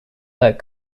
that